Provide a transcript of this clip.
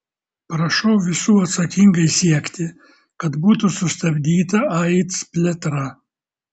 prašau visų atsakingai siekti kad būtų sustabdyta aids plėtra